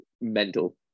mental